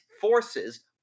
forces